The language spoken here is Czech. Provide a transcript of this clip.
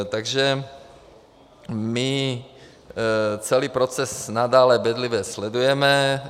Takže my celý proces nadále bedlivě sledujeme.